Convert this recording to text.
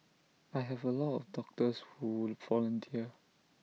I have A lot of doctors who volunteer